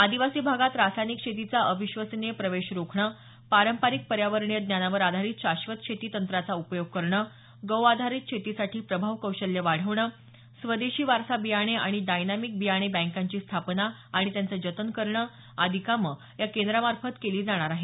आदिवासी भागात रासायनिक शेतीचा अविश्वसनीय प्रवेश रोखणं पारंपारिक पर्यावरणीय ज्ञानावर आधारित शाश्वत शेती तंत्राचा उपयोग करणं गौ आधारीत शेतीसाठी प्रभाव कौशल्य वाढवणं स्वदेशी वारसा बियाणे आणि डायनामिक बियाणे बँकांची स्थापना आणि त्यांचे जतन करणं आदी कामं या केंद्रामार्फत केली जाणार आहेत